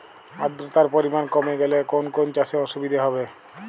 আদ্রতার পরিমাণ কমে গেলে কোন কোন চাষে অসুবিধে হবে?